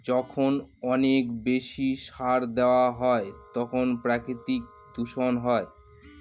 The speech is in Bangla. যখন অনেক বেশি সার দেওয়া হয় তখন প্রাকৃতিক দূষণ হয়